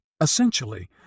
Essentially